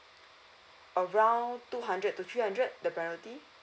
around two hundred to three hundred the penalty